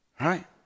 right